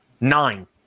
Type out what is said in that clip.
nine